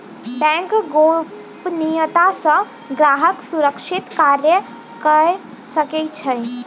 bank गोपनियता सॅ ग्राहक सुरक्षित कार्य कअ सकै छै